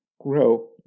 grow